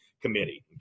committee